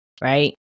right